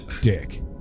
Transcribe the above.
dick